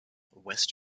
west